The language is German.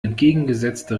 entgegengesetzte